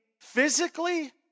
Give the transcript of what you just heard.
physically